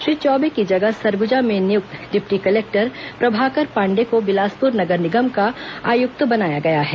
श्री चौबे की जगह सरगुजा में नियुक्त डिप्टी कलेक्टर प्रभाकर पांडेय को बिलासपुर नगर निगम को आयुक्त बनाया गया है